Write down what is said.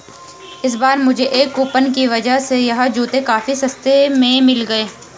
इस बार मुझे कूपन की वजह से यह जूते काफी सस्ते में मिल गए